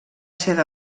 ser